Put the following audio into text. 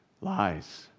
Lies